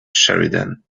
sheridan